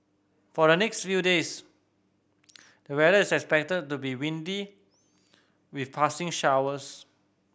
for the next few days the weather is expected to be windy with passing showers